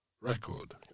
record